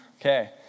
okay